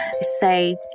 say